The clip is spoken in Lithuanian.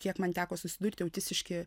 kiek man teko susidurti autistiški